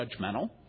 judgmental